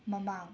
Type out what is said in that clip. ꯃꯃꯥꯡ